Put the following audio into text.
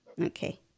Okay